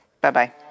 Bye-bye